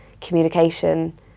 communication